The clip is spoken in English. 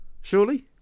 Surely